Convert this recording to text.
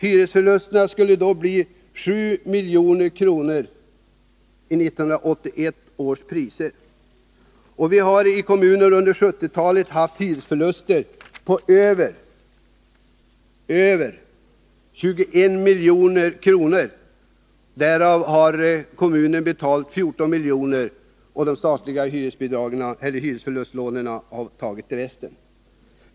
Hyresförlusterna skulle då bli 7 milj.kr. i 1981 års priser. Vi har i kommunen under 1970-talet haft hyresförluster på över 21 milj.kr. Därav har kommunen betalat 14 miljoner, och de statliga hyresförlustlånen har täckt resten.